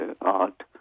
art